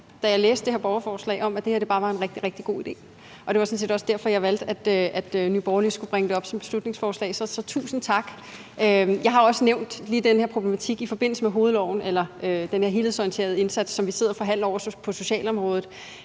om, at det her bare var en rigtig, rigtig god idé, og det var sådan set også derfor, jeg valgte, at Nye Borgerlige skulle bringe det op som et beslutningsforslag. Så tusind tak. Jeg har også nævnt lige den her problematik i forbindelse med den helhedsorienterede indsats, som vi sidder og forhandler ovre på socialområdet,